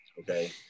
okay